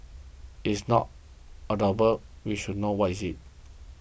it's not adorable we should know what is it